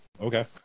Okay